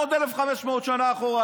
עוד 1,500 שנה אחורה,